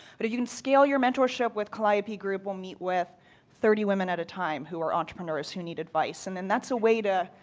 but if you can scale your mentorship with callioipe group will meet with thirty women at a time who are entrepreneurs who need advice and then that's a way to,